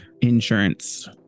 insurance